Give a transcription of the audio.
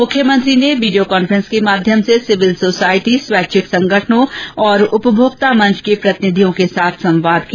मुख्यमंत्री ने video conference के माध्यम से सिविल सोसाइटी स्वैच्छिक संगठनों और उपभोक्ता मंच के प्रतिनिधियों के साथ संवाद किया